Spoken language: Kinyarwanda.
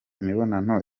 imibonano